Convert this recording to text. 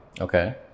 Okay